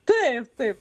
taip taip